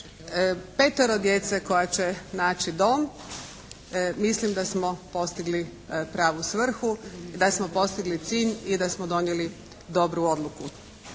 petero djece koja će naći dom mislim da smo postigli pravu svrhu i da smo postigli cilj i da smo donijeli dobru odluku.